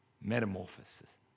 metamorphosis